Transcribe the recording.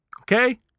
Okay